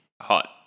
hot